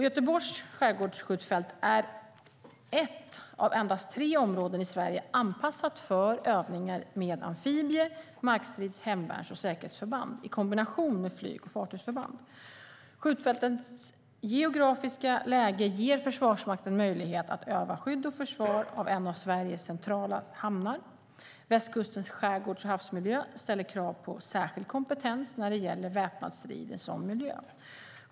Göteborgs skärgårdsskjutfält är ett av endast tre områden i Sverige som är anpassade för övningar med amfibie-, markstrids-, hemvärns och säkerhetsförband i kombination med flyg och fartygsförband. Skjutfältets geografiska läge ger Försvarsmakten möjlighet att öva skydd och försvar av en av Sveriges centrala hamnar. Västkustens skärgårds och havsmiljö ställer krav på särskild kompetens när det gäller väpnad strid i sådan miljö.